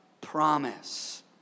promise